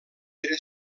era